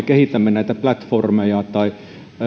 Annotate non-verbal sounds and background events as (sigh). (unintelligible) kehitämme näitä platformeja tai